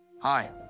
Hi